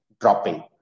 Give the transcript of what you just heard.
dropping